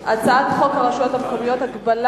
הצעת החוק הבאה היא הצעת חוק הרשויות המקומיות (הגבלת